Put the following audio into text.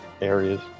areas